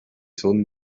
son